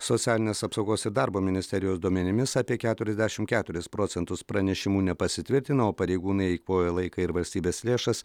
socialinės apsaugos ir darbo ministerijos duomenimis apie keturiasdešimt keturis procentus pranešimų nepasitvirtinao pareigūnai eikvoja laiką ir valstybės lėšas